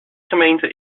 gemeente